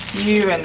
you and